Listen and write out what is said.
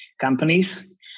companies